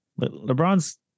LeBron's